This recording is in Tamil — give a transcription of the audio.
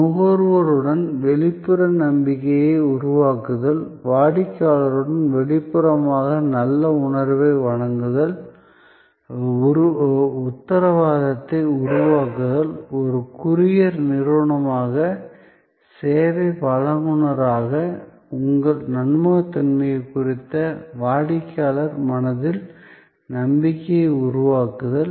நுகர்வோருடன் வெளிப்புற நம்பிக்கையை உருவாக்குதல் வாடிக்கையாளருடன் வெளிப்புறமாக நல்ல உணர்வை உருவாக்குதல் உத்தரவாதத்தை உருவாக்குதல் ஒரு கூரியர் நிறுவனமாக சேவை வழங்குநராக உங்கள் நம்பகத்தன்மை குறித்து வாடிக்கையாளர் மனதில் நம்பிக்கையை உருவாக்குதல்